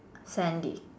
Sandy